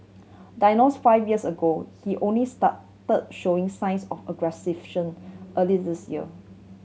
diagnosed five years ago he only started showing signs of early this year